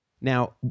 Now